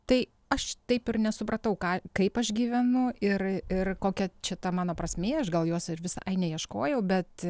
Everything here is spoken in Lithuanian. tai aš taip ir nesupratau ką kaip aš gyvenu ir ir kokia čia ta mano prasmė aš gal jos ir visai neieškojau bet